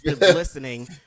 listening